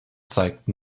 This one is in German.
zeigten